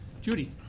Judy